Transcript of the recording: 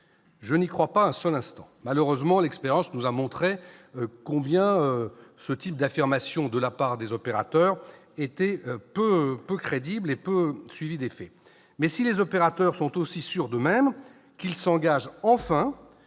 Je n'y crois pas un seul instant. L'expérience nous a malheureusement montré combien ce type d'affirmations de la part des opérateurs était peu crédible et peu suivi d'effets. Si les opérateurs sont aussi sûrs d'eux-mêmes, qu'ils s'engagent enfin,